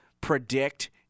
predict